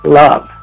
love